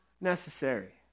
necessary